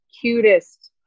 cutest